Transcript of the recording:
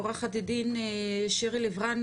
עו"ד שירי לב-רן,